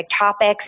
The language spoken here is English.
topics